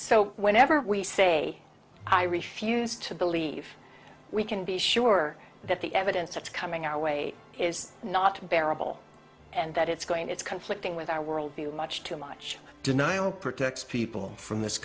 so whenever we say i refuse to believe we can be sure that the evidence that's coming our way is not bearable and that it's going it's conflicting with our world view much too much denial protects people from this